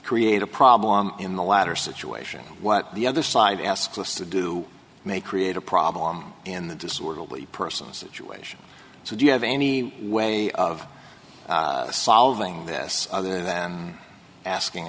create a problem in the latter situation what the other side asks us to do may create a problem in the disorderly person situation so do you have any way of solving this other than asking